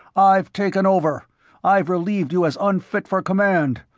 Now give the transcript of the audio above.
i've taken over i've relieved you as unfit for command.